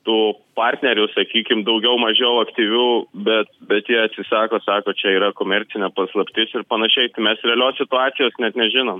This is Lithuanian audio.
tų partnerių sakykim daugiau mažiau aktyvių bet bet jie atsisako sako čia yra komercinė paslaptis ir panašiai tai mes realios situacijos net nežinom